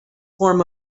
form